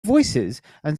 voicesand